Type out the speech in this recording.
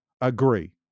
agree